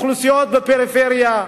אוכלוסיות בפריפריה,